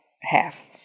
half